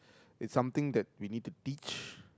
it's something that we need to teach